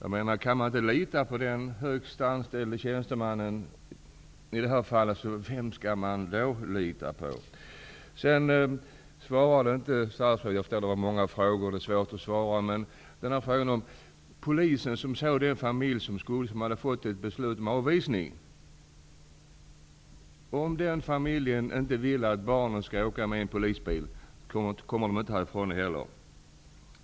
Om man inte kan lita på i det här fallet den högsta anställda tjänstemannen undrar jag vem man skulle kunna lita på. Jag har ställt många frågor, och det är svårt att hinna svara, men statsrådet svarade inte på frågan om polisen som hade fått ta hand om ett beslut om avvisning för en viss familj. Om den familjen inte vill att dess barn skall åka polisbil, så kommer de inte härifrån heller.